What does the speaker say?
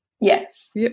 Yes